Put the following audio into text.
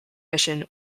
mission